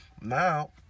Now